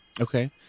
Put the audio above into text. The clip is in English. okay